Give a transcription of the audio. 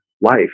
life